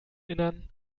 innern